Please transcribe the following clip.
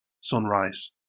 sunrise